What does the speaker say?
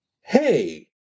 hey